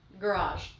Garage